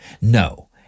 No